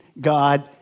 God